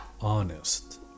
honest